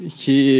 que